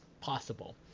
possible